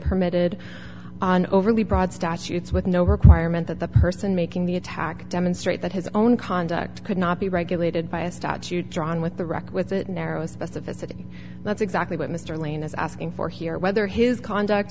permitted on overly broad statutes with no requirement that the person making the attack demonstrate that his own conduct could not be regulated by a statute drawn with the requisite narrow specificity that's exactly what mr lane is asking for here whether his conduct